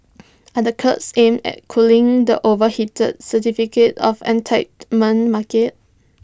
are the curbs aimed at cooling the overheated certificate of entitlement market